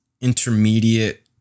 intermediate